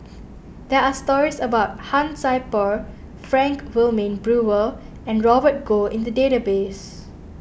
there are stories about Han Sai Por Frank Wilmin Brewer and Robert Goh in the database